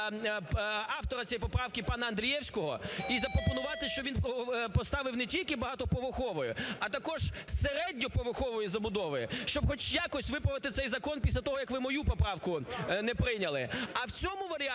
автора цієї поправки пана Андрієвського і запропонувати, щоб він поставив не тільки багатоповерхові, а також середньоповерхової забудови, щоб хоч якось виправити цей закон після того, як ви мою поправку не прийняли.